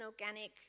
organic